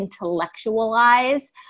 intellectualize